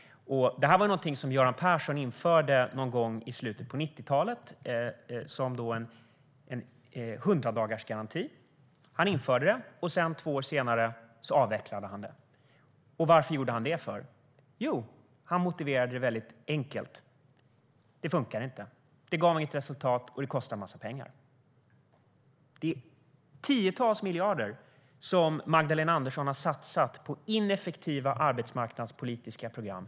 Det var någonting Göran Persson införde någon gång i slutet av 90-talet, då i form av en 100-dagarsgaranti. Han införde den, och två år senare avvecklade han den. Varför gjorde han det? Jo, han motiverade det enkelt: Den funkade inte. Den gav inget resultat, och den kostade en massa pengar. Magdalena Andersson har satsat tiotals miljarder på ineffektiva arbetsmarknadspolitiska program.